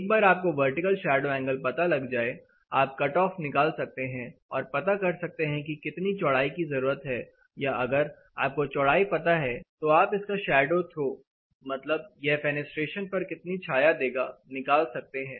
एक बार आपको वर्टिकल शैडो एंगल पता लग जाए आप कट ऑफ निकाल सकते हैं और पता कर सकते हैं कितनी चौड़ाई की जरूरत है या अगर आपको चौड़ाई पता है तो आप इसका शैडो थ्रो मतलब यह फेनेस्ट्रेशन पर कितनी छाया देगा निकाल सकते हैं